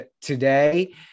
today